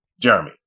Jeremy